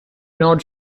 not